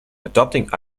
adopting